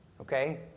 Okay